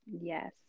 yes